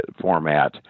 format